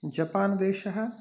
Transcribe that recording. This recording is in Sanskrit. जपान् देशः